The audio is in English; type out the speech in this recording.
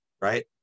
right